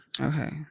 Okay